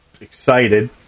excited